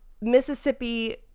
Mississippi